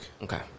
Okay